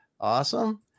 Awesome